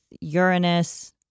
Uranus